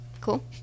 Cool